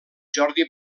jordi